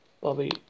Bobby